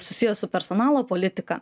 susijęs su personalo politika